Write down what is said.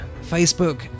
Facebook